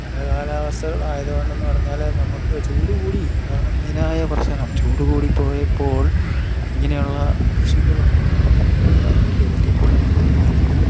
പല കാലാവസ്ഥകൾ ആയത് കൊണ്ട് എന്നു പറഞ്ഞാൽ നമുക്ക് ചൂട് കൂടി അതാണ് മെയിനായ പ്രശ്നം ചൂടു കൂടിപ്പോയപ്പോൾ ഇങ്ങനെയുള്ള കൃഷികളൊന്നും മുന്നോട്ട് കൊണ്ടു പോകാൻ വലിയ ബുദ്ധിമുട്ടായിട്ടാണ് വരുന്നത്